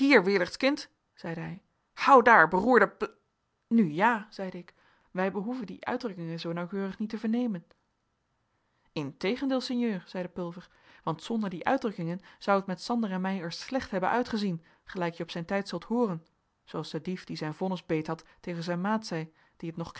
zeide hij hou daar beroerde bl nu ja zeide ik wij behoeven die uitdrukkingen zoo nauwkeurig niet te vernemen integendeel sinjeur zeide pulver want zonder die uitdrukkingen zou het met sander en mij er slecht hebben uitgezien gelijk je op zijn tijd zult hooren zooals de dief die zijn vonnis beethad tegen zijn maat zei die het nog